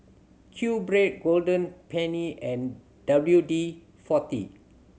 QBread Golden Peony and W D Forty